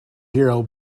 hero